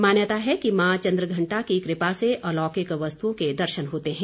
मान्यता है कि माँ चंद्रघंटा की क्रपा से अलौकिक वस्तुओं के दर्शन होते हैं